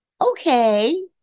Okay